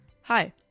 Hi